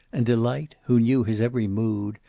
and delight, who knew his every mood,